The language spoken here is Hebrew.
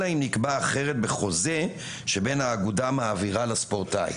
אלא אם נקבע אחרת בחוזה שבין האגודה המעבירה לספורטאי.